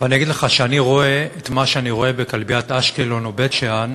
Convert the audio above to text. ואני אגיד לך שאני רואה את מה שאני רואה בכלביית אשקלון או בית-שאן,